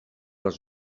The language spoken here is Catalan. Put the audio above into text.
les